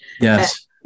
Yes